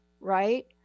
Right